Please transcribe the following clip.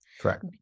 Correct